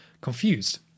confused